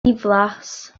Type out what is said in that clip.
ddiflas